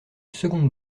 seconde